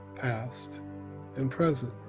past and present,